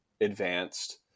advanced